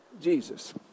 Jesus